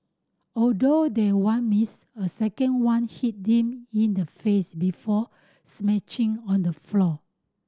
although that one missed a second one hit him in the face before smashing on the floor